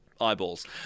eyeballs